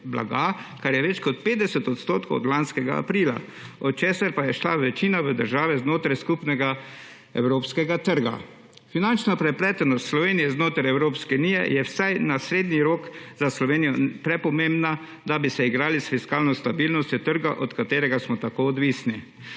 blaga, kar je več kot 50 odstotkov od lanskega aprila, od česar pa je šla večina v države znotraj skupnega evropskega trga. Finančna prepletenost Slovenije znotraj Evropske unije je vsaj na srednji rok za Slovenijo prepomembna, da bi se igrali s fiskalno stabilnostjo trga, od katerega smo tako odvisni.